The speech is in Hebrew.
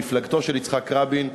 מפלגתו של יצחק רבין.